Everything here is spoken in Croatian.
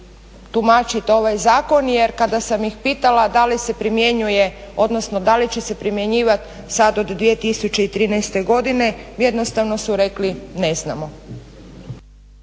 tumačiti ovaj zakon. Jer kada sam ih pitala da li se primjenjuje, odnosno da li će se primjenjivati sad od 2013. godine jednostavno su rekli ne znamo.